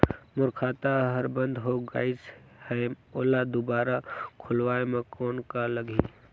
मोर खाता हर बंद हो गाईस है ओला दुबारा खोलवाय म कौन का लगही?